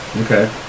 Okay